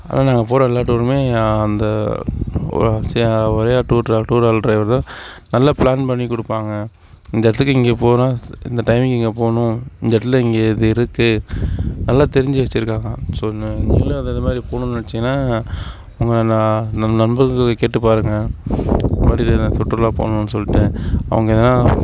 ஆனால் நாங்கள் போகிற எல்லா டூருமே அந்த ஒரே tour travel tour travel driver தான் நல்லா ப்ளான் பண்ணிக் கொடுப்பாங்க இந்த இடத்துக்கு இங்கே போகிறோம் இந்த டைமிங் இங்கே போகணும் இந்த இடத்துல இங்கே இது இருக்குது நல்லா தெரிஞ்சு வச்சிருக்காங்க ஸோ நீ நீங்களும் அந்த அந்த மாதிரி போகணும்னு நெனைச்சீங்கன்னா உங்கள் ந நண் நண்பர்களை கேட்டு பாருங்கள் இந்த மாதிரி நான் சுற்றுலா போகணும்னு சொல்லிட்டு அவங்க எதுனால்